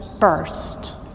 first